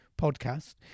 podcast